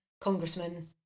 congressman